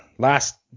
Last